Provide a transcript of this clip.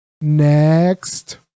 next